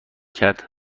کرد